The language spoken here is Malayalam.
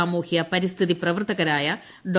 സാമൂഹ്യ പരിസ്ഥിതി പ്രവർത്തകരായ ഡോ